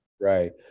Right